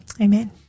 Amen